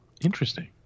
Interesting